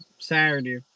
saturday